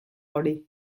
hori